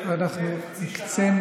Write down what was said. אנחנו הקצינו